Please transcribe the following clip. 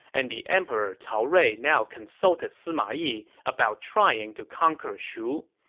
and the emperor cao rui now consulted sima yi about trying to conquer shu.